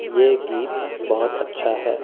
यह गीत बहुत अच्छा है